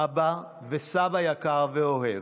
אבא וסבא יקר ואוהב.